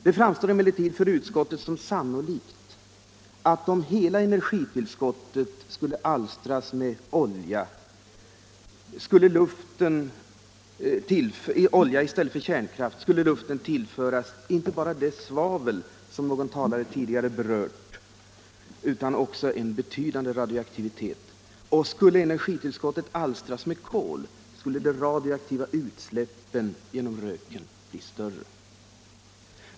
Det framstår emellertid för utskottet som sannolikt, att om hela energitillskottet skulle alstras med olja i stället för kärnkraft, skulle luften tillföras inte bara det svavel som någon talare tidigare berörde utan också en betydande radioaktivitet. Och skulle energitillskottet alstras med kol, skulle de radioaktiva utsläppen genom röken bli större.